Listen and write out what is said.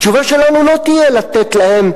התשובה שלנו לא תהיה לתת להם,